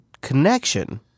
connection